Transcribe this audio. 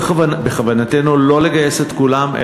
בכוונתנו לא לגייס את כולם,